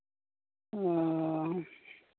ᱦᱮᱸ